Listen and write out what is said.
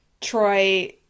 Troy